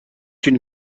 une